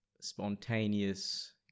spontaneous